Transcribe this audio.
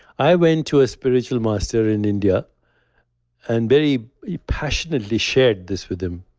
i went to a spiritual master in india and very passionately shared this with him.